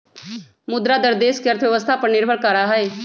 मुद्रा दर देश के अर्थव्यवस्था पर निर्भर करा हई